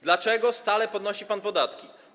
Dlaczego stale podnosi pan podatki?